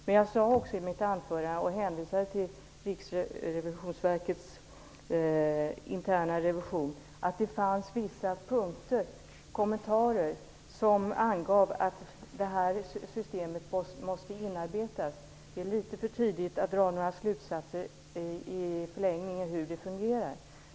Men jag hänvisade också till Riksrevisionsverkets interna revision och kommentarerna om att detta system måste inarbetas. Det är litet för tidigt att dra några slutsatser om hur det fungerar i förlängningen.